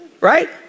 Right